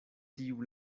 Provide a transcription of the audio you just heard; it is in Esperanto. tiu